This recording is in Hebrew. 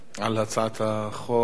על הצעת החוק.